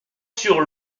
sur